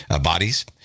bodies